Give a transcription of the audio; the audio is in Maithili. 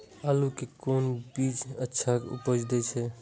आलू के कोन बीज अच्छा उपज दे छे?